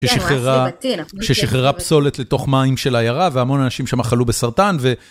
ששחררה פסולת לתוך מים של עיירה, והמון אנשים שם חלו בסרטן ו...